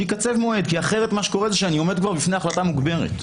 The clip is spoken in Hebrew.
שייקצב מועד כי אחרת מה שקורה זה שאני עומד בפני החלטה מוגברת.